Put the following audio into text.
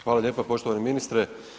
Hvala lijepa poštovani ministre.